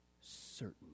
certain